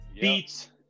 beats